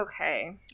okay